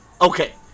okay